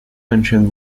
menschen